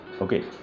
Okay